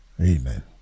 Amen